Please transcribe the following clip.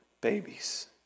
babies